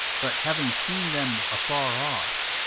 but having seen them afar off,